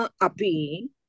api